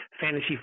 fantasy